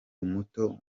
muto